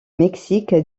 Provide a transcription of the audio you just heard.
mexique